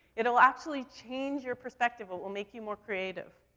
it'll actually change your perspective. it will make you more creative.